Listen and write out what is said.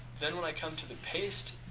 then when i come to the paste,